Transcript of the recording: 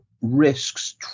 risks